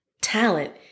talent